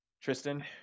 Tristan